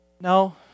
No